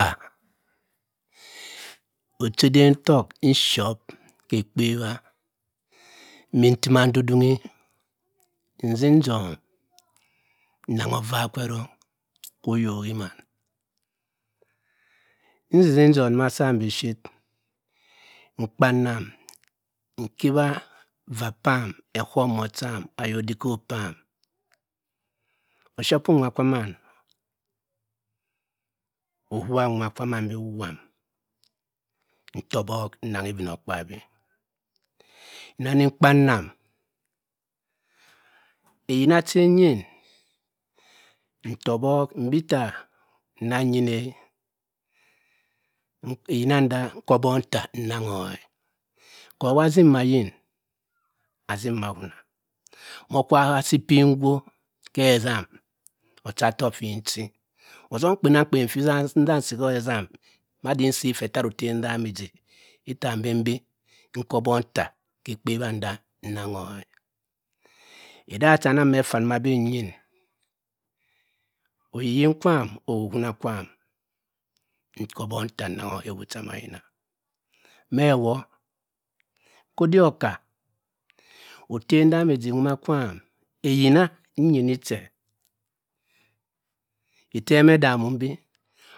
Ocheden tokk nshep kekpewa meh ntima ndudunhi nsin jom nangho ovahr kwe ereng kwo oyok emah nnisinjom nah biship nkpanem nkewi evahr pam chomon cham ayodikop oam oshapium mah kwa mann uhuwa nwa nwa kwa amann womm. ntoh obok enungho obinokpabi nenin kpanem ntoh obok mbi-ita nanyineh eyinanda obok nta nnongho kawa atsin mah ayin atsin mah awuna mma kwa hawa asi pipiwen nkwk keh esam ocha-tokk fin-chi otom kpenang kpen ntah ansi hesam madin sefe otero oteh ndami ijip, ita mbenbi nko obok nta keh ekpewanda nangho eda chambin nyin oyinyim kwam ohuna kwam ikobok nta inangho ewu cha beh ayina meh ewoh kudik okah otenda mi chiwe nwa kwam eyina nyini che etem edemih bi